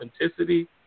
authenticity